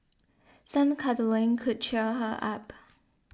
some cuddling could cheer her up